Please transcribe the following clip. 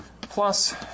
plus